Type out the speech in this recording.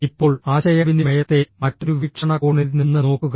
ഇപ്പോൾ ആശയവിനിമയത്തെ മറ്റൊരു വീക്ഷണകോണിൽ നിന്ന് നോക്കുക